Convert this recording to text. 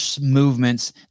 movements